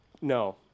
No